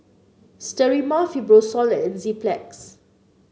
Sterimar Fibrosol and Enzyplex